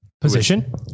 Position